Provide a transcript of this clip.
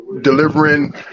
delivering